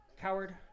Coward